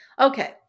Okay